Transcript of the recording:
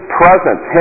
presence